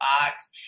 box